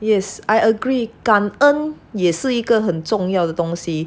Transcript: yes I agree 感恩也是一个很重要的东西